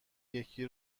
یکی